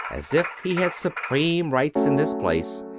as if he had supreme rights in this place,